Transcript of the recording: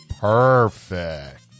perfect